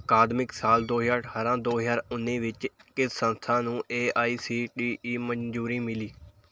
ਅਕਾਦਮਿਕ ਸਾਲ ਦੋ ਹਜ਼ਾਰ ਅਠਾਰਾਂ ਦੋ ਹਜ਼ਾਰ ਉੱਨੀ ਵਿੱਚ ਕਿਸ ਸੰਸਥਾ ਨੂੰ A I C T E ਮਨਜ਼ੂਰੀ ਮਿਲੀ